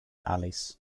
alice